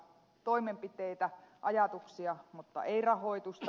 toimenpiteitä ajatuksia mutta ei rahoitusta